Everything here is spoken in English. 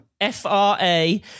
F-R-A